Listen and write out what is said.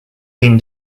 been